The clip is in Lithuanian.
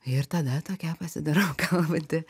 ir tada tokia pasidarau kalbanti